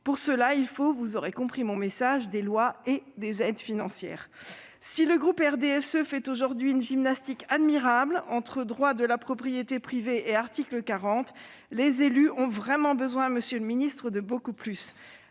Pour ce faire, il faut, vous aurez compris mon message, des lois et des aides financières. Si le groupe du RDSE fait aujourd'hui une gymnastique admirable entre droit de la propriété privée et article 40 de la Constitution, les élus ont vraiment besoin, monsieur le secrétaire d'État, de beaucoup plus.